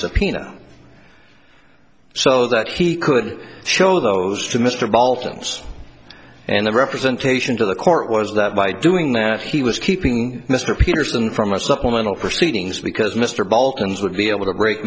subpoena so that he could show those to mr bolton's and the representation to the court was that by doing that he was keeping mr peterson from our supplemental proceedings because mr bolton's would be able to break